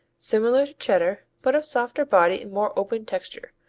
similar to cheddar, but of softer body and more open texture.